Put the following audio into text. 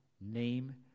name